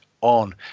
on